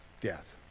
Death